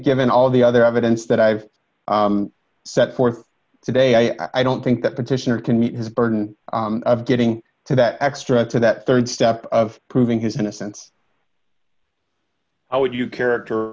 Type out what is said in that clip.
given all the other evidence that i've set forth today i don't think that petitioner can meet his burden of getting to that xstrata that rd step of proving his innocence how would you character